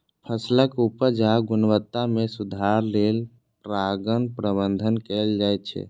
फसलक उपज या गुणवत्ता मे सुधार लेल परागण प्रबंधन कैल जाइ छै